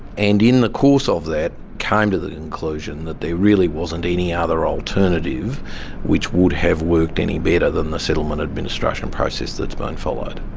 and, in the course of that, came to the conclusion that there really wasn't any other alternative which would have worked any better than the settlement administration process that's being followed.